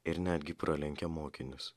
ir netgi pralenkė mokinius